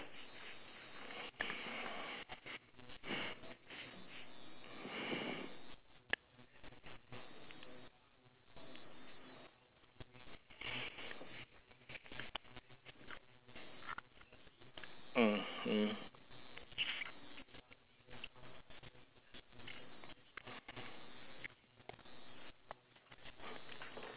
mm mm